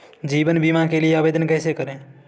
जीवन बीमा के लिए आवेदन कैसे करें?